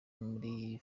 muri